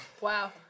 Wow